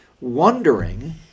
wondering